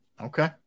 Okay